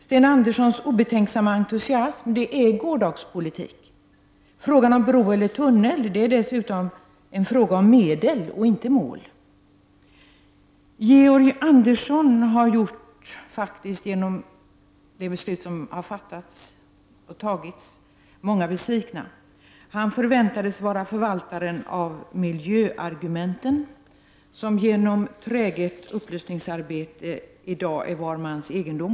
Sten Anderssons obetänksamma entusiasm är gårdagens politik. Frågan om bro eller tunnel är dessutom en fråga om medel och inte mål. Genom det beslut som har fattats har Georg Andersson gjort många besvikna. Han förväntades vara förvaltaren av miljöargumenten, vilka genom träget upplysningsarbete i dag är var mans egendom.